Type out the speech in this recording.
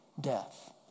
death